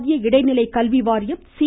மத்திய இடைநிலை கல்வி வாரியம் ஊ